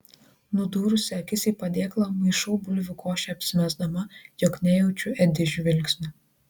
nudūrusi akis į padėklą maišau bulvių košę apsimesdama jog nejaučiu edi žvilgsnio